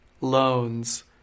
loans